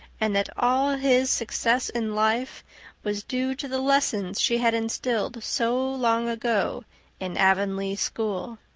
and that all his success in life was due to the lessons she had instilled so long ago in avonlea school.